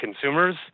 consumers